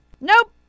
Nope